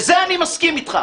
בזה אני מסכים איתך.